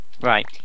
Right